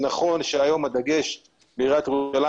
זה נכון שהיום הדגש בעיריית ירושלים